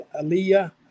Aaliyah